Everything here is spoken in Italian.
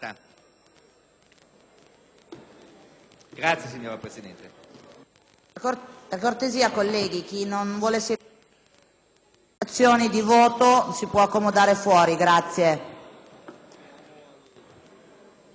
Grazie, signora Presidente.